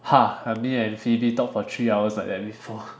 ha but me and Phoebe talk for three hours like that before